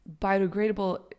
biodegradable